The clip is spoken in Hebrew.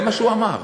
זה מה שהוא אמר,